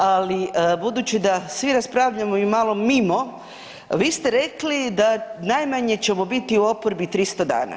Ali budući da svi raspravljamo i malo mimo, vi ste rekli da najmanje ćemo biti u oporbi 300 dana.